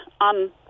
on